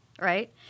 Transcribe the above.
Right